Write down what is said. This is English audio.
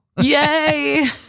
Yay